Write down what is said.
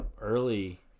early